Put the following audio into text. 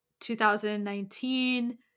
2019